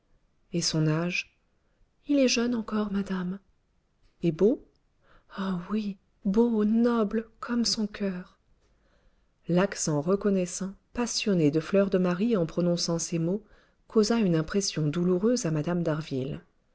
et son âge il est jeune encore madame et beau oh oui beau noble comme son coeur l'accent reconnaissant passionné de fleur de marie en prononçant ces mots causa une impression douloureuse à mme